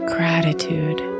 Gratitude